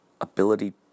ability